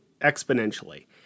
exponentially